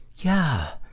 yeah.